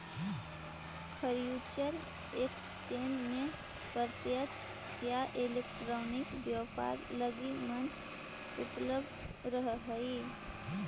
future exchange में प्रत्यक्ष या इलेक्ट्रॉनिक व्यापार लगी मंच उपलब्ध रहऽ हइ